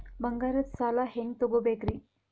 ಬಂಗಾರದ್ ಸಾಲ ಹೆಂಗ್ ತಗೊಬೇಕ್ರಿ?